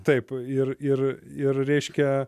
taip ir ir ir reiškia